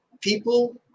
people